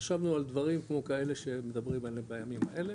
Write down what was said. חשבנו על דברים כמו כאלה שמדברים עליהם בימים האלה,